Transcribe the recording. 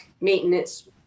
maintenance